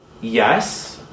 Yes